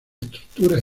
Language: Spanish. estructuras